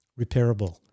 repairable